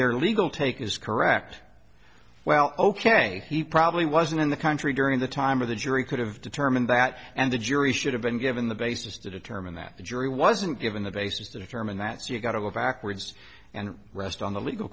their legal take is correct well ok he probably wasn't in the country during the time of the jury could have determined that and the jury should have been given the basis to determine that the jury wasn't given the basis to determine that so you've got to go backwards and rest on the legal